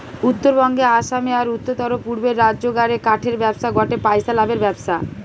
উত্তরবঙ্গে, আসামে, আর উততরপূর্বের রাজ্যগা রে কাঠের ব্যবসা গটে পইসা লাভের ব্যবসা